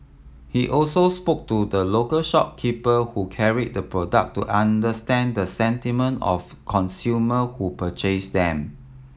he also spoke to the local shopkeeper who carried the product to understand the sentiment of consumer who purchased them